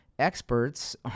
experts